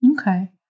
Okay